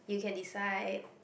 you can decide